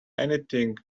anything